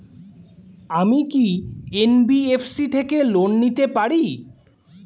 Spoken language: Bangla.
আমি কি এন.বি.এফ.সি থেকে লোন নিতে পারি?